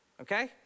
okay